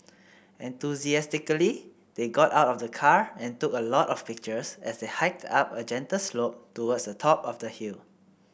enthusiastically they got out of the car and took a lot of pictures as they hiked up a gentle slope towards the top of the hill